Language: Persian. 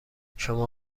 شما